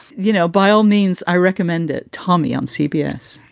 you know, by all means, i recommend that tommy on cbs,